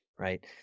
Right